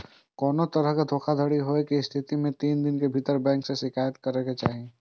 कोनो तरहक धोखाधड़ी होइ के स्थिति मे तीन दिन के भीतर बैंक के शिकायत करबाक चाही